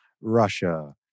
russia